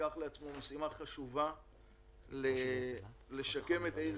ולקח לעצמו משימה חשובה לשקם את העיר